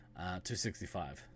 265